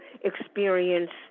experience